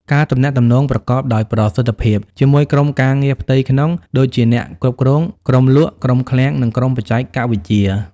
ការទំនាក់ទំនងប្រកបដោយប្រសិទ្ធភាពជាមួយក្រុមការងារផ្ទៃក្នុង ដូចជាអ្នកគ្រប់គ្រង ក្រុមលក់ ក្រុមឃ្លាំង និងក្រុមបច្ចេកវិទ្យា។